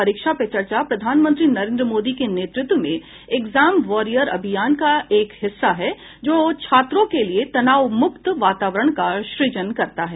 परीक्षा पे चर्चा प्रधानमंत्री नरेंद्र मोदी के नेतृत्व में एग्जाम वॉरियर अभियान का एक हिस्सा है जो छात्रों के लिए तनावमुक्त वातावरण का सृजन करता है